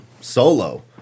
Solo